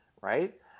right